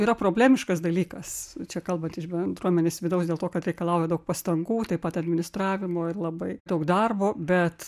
yra problemiškas dalykas čia kalbant iš bendruomenės vidaus dėl to kad reikalauja daug pastangų taip pat administravimo ir labai daug darbo bet